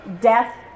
death